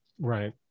Right